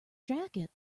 jacket